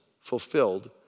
fulfilled